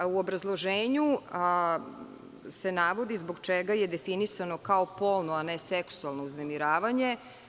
U obrazloženju se navodi zbog čega je definisano kao polno a ne seksualno uznemiravanje.